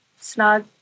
snug